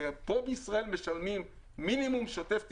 כי פה בישראל משלמים מינימום שוטף 90,